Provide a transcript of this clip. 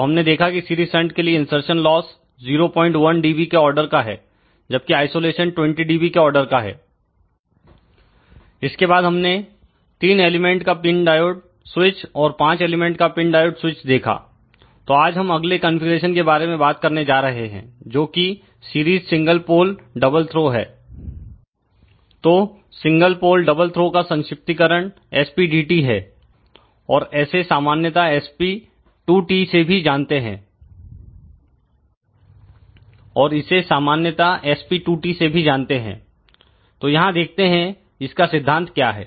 तो हमने देखा कि सीरीज संट के लिए इनसरसन लॉस 01dB के आर्डर का है जबकि आइसोलेशन 20 dB के आर्डर का है इसके बाद हमने 3 एलिमेंट का पिन डायोड स्विच और 5 एलिमेंट का पिन डायोड स्विच देखा तो आज हम अगलेकॉन्फ़िगरेशन के बारे में बात करने जा रहे हैं जो कि series single pole double throw है तो सिंगल पोल डबल थ्रो का संक्षिप्तीकरण SPDT है और इसे सामान्यता SP2T से भी जानते हैं तो यहां देखते हैं इसका सिद्धांत क्या है